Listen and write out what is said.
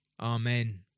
Amen